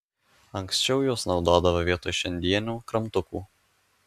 anksčiau juos naudodavo vietoj šiandienių kramtukų